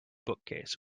bookcase